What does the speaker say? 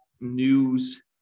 news